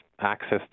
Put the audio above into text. access